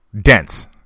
dense